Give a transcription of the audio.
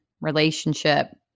relationship